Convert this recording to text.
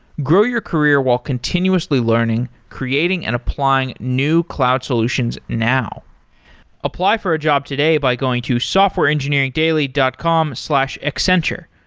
grow your career while continuously learning, creating, and applying new cloud solutions now apply for a job today by going to softwareengineeringdaily dot com slash accenture.